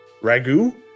ragu